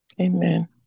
amen